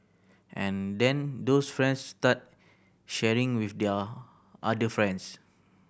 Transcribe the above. and then those friends start sharing with their other friends